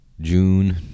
June